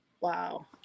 Wow